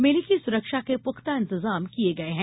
मेले की सुरक्षा के पुख्ता इंतजाम किया गया है